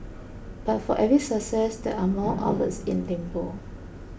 but for every success there are more outlets in limbo